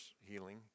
healing